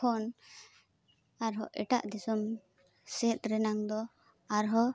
ᱠᱷᱚᱱ ᱟᱨᱦᱚᱸ ᱮᱴᱟᱜ ᱫᱤᱥᱚᱢ ᱥᱮᱫ ᱨᱮᱱᱟᱝ ᱫᱚ ᱟᱨᱦᱚᱸ